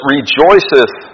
Rejoiceth